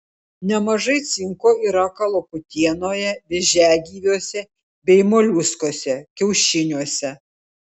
nemažai cinko yra kalakutienoje vėžiagyviuose bei moliuskuose kiaušiniuose